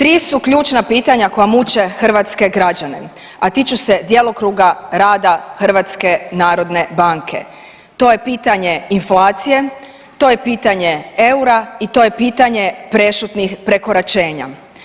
Tri su ključna pitanja koja muče hrvatske građane, a tiču se djelokruga rada HNB-a, to je pitanje inflacije, to je pitanje eura i to je pitanje prešutnih prekoračenja.